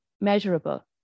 measurable